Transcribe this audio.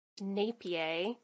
Napier